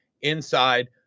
inside